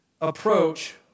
approach